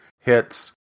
hits